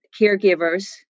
caregivers